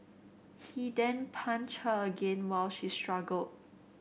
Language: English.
he then punched her again while she struggled